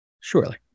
Surely